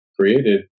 created